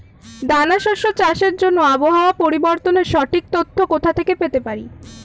দানা শস্য চাষের জন্য আবহাওয়া পরিবর্তনের সঠিক তথ্য কোথা থেকে পেতে পারি?